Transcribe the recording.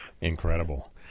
Incredible